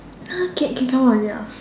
!huh! can can come out already ah